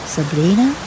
Sabrina